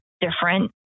different